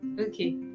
okay